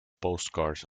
postcards